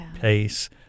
pace